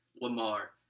Lamar